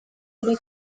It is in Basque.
ere